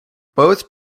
both